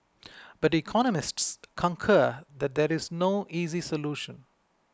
but economists concur that there is no easy solution